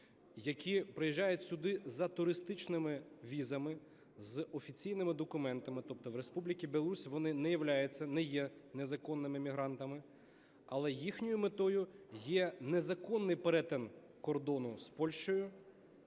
які приїжджають сюди за туристичними візами з офіційними документами. Тобто в Республіці Білорусь вони не являються, не є незаконними мігрантами, але їхньою метою є незаконний перетин кордону з Польщею.